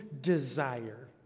desire